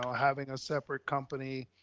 having a separate company,